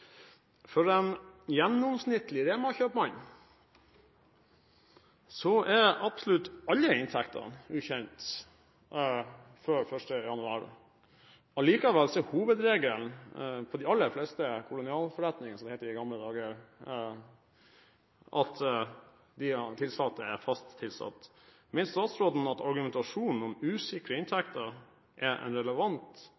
er absolutt alle inntektene ukjent før 1. januar. Likevel er hovedregelen i de aller fleste kolonialforretninger – som det het i gamle dager – at de tilsatte har fast tilsettelse. Mener statsråden at argumentasjonen om usikre